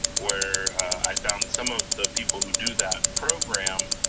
where i found that some of the people who do that program